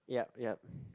yup yup